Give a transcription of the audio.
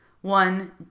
One